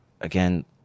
again